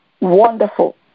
wonderful